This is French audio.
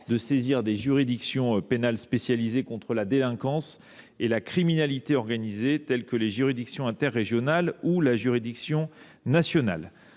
de saisir des juridictions pénales spécialisées contre la délinquance et la criminalité organisées, telles que les juridictions interrégionales ou la juridiction nationale.